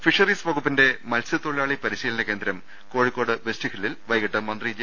fisheries വകുപ്പിന്റെ മത്സ്യത്തൊഴിലാളി പരിശീലന കേന്ദ്രം കോഴിക്കോട് വെസ്റ്റിഹിലിൽ വൈകീട്ട് മന്ത്രി ജെ